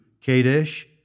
Kadesh